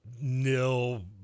nil